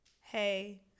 hey